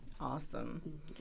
awesome